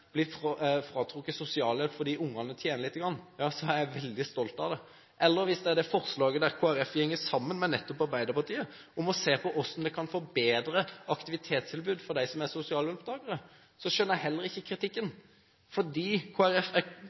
blir fratrukket sosialhjelp fordi ungene tjener litt, er jeg veldig stolt av det. Eller hvis det er det forslaget der Kristelig Folkeparti går sammen med nettopp Arbeiderpartiet om å se på hvordan en kan få et bedre aktivitetstilbud for dem som er sosialhjelpsmottakere, skjønner jeg heller ikke kritikken.